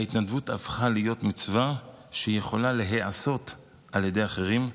ההתנדבות הפכה להיות מצווה שיכולה להיעשות על ידי אחרים,